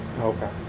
Okay